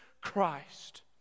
Christ